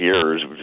years